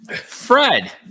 Fred